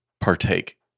partake